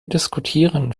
diskutieren